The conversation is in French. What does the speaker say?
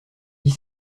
dit